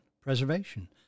preservation